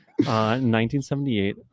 1978